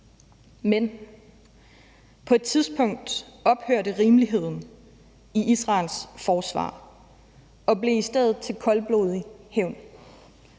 men på et tidspunkt ophørte rimeligheden i Israels forsvar og blev i stedet til koldblodig hævn.